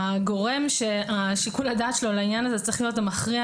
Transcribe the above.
הגורם ששיקול הדעת שלו לעניין הזה שצריך להיות המכריע